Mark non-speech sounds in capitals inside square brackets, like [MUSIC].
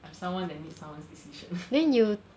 I'm someone that needs someone's decision [LAUGHS]